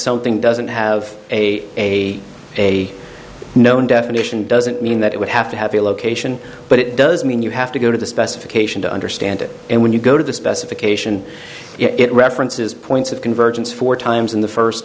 something doesn't have a a a known definition doesn't mean that it would have to have a location but it does mean you have to go to the specification to understand it and when you go to the specification it references points of convergence four times in the first